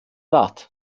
rat